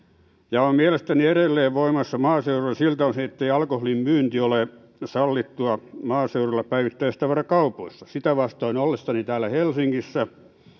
ja se on mielestäni edelleen voimassa maaseudulla siltä osin ettei alkoholin myynti ole sallittua maaseudulla päivittäistavarakaupoissa sitä vastoin oltuani täällä helsingissä